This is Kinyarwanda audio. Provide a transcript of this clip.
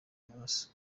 amaraso